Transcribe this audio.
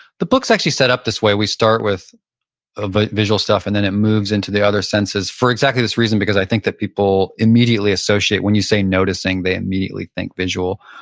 the book is actually set up this way. we start with ah visual stuff, and then it moves into the other senses. for exactly this reason because i think that people immediately associate, when you say noticing, they immediately think visual.